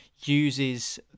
uses